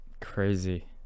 Crazy